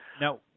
Now